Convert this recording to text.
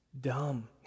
Dumb